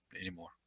anymore